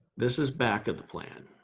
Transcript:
this is back at the plan.